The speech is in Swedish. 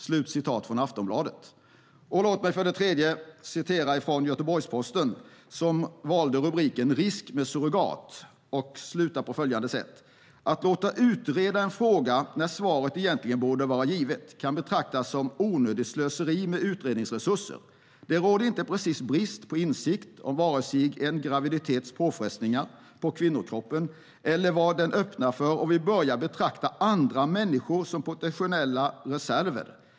Den tredje jag vill citera från är Göteborgs-Posten som valde rubriken "Risk med surrogat" och slutar på följande sätt: "Att låta utreda en fråga, när svaret egentligen borde vara givet, kan betraktas som onödigt slöseri med utredningsresurser. Det råder inte precis brist på insikt om vare sig en graviditets påfrestning på kvinnokroppen eller vad vi öppnar för om vi börjar betrakta andra människor som potentiella reserver.